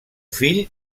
fill